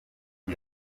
the